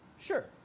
Sure